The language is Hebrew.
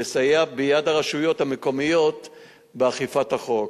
לסייע ביד הרשויות המקומיות באכיפת החוק.